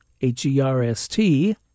H-E-R-S-T